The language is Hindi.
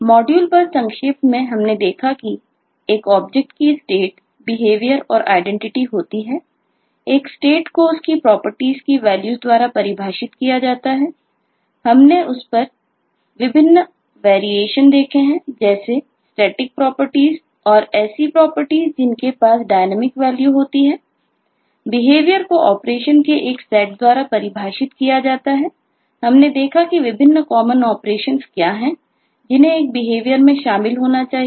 मॉड्यूल पर संक्षेप में हमने देखा है कि एक ऑब्जेक्ट में होना चाहिए